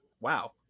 wow